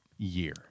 Year